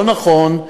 לא נכון.